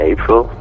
April